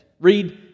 Read